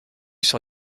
sur